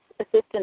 assistant